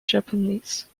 japanese